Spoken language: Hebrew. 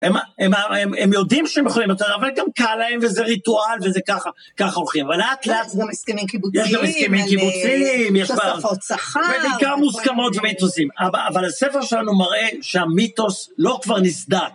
הם יודעים שהם יכולים יותר, אבל גם קל להם וזה ריטואל וזה ככה הולכים, אבל לאט לאט יש גם הסכמים קיבוצים, יש גם הסכמים קיבוצים, יש גם תוספות שכר, ובעיקר מוסכמות ומיתוסים. אבל הספר שלנו מראה שהמיתוס לא כבר נסדק.